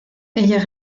ella